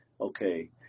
okay